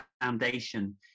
foundation